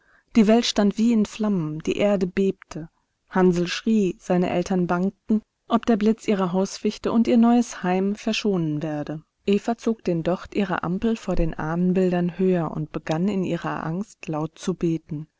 die welt stand wie in flammen die erde bebte hansl schrie seine eltern bangten ob der blitz ihre hausfichte und ihr neues heim verschonen werde eva zog den docht ihrer ampel vor den ahnenbildern höher und begann in ihrer angst laut zu beten